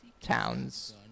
towns